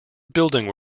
building